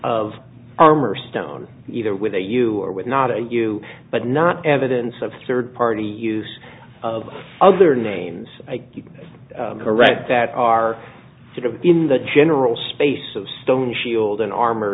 of armor stone either with a you or with not a you but not evidence of third party use of other names correct that are sort of in the general space of stone shield and armor